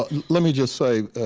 ah let me just say,